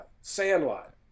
Sandlot